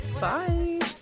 bye